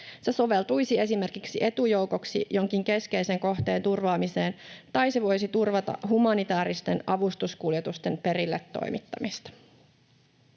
Se soveltuisi esimerkiksi etujoukoksi jonkin keskeisen kohteen turvaamiseen, tai se voisi turvata humanitääristen avustuskuljetusten perille toimittamista.